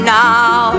now